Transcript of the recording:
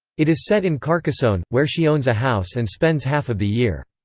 it is set in carcassonne, where she owns a house and spends half of the year.